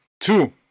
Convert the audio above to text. two